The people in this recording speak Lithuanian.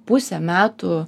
pusę metų